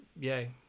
Yay